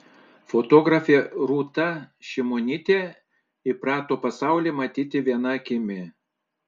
fotografė rūta šimonytė įprato pasaulį matyti viena akimi